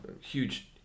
huge